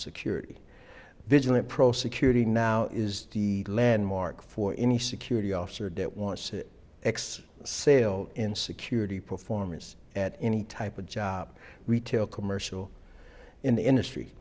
security vigilant pro security now is the landmark for any security officer that wants it x sales in security performance at any type of job retail commercial in the industry